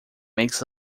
makes